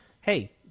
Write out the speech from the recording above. hey